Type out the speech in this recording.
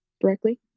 directly